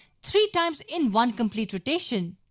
three times in one complete rotation,